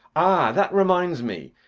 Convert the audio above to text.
ah! that reminds me,